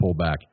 pullback